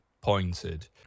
pointed